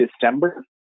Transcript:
december